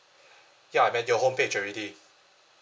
ya I'm your homepage already